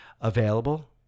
available